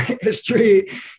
history